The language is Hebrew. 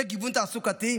זה גיוון תעסוקתי?